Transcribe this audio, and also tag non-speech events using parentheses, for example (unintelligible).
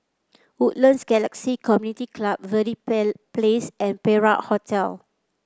Woodlands Galaxy Community Club Verde (unintelligible) Place and Perak Hotel